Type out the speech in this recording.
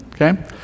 okay